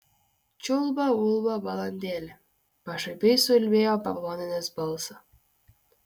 čiulba ulba balandėlė pašaipiai suulbėjo paploninęs balsą